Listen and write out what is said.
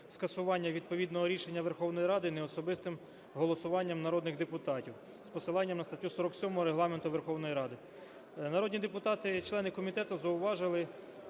скасування відповідного рішення Верховної Ради неособистим голосуванням народних депутатів з посиланням на статтю 47 Регламенту Верховної Ради. Народні депутати - члени комітету зауважили